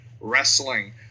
wrestling